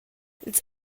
ils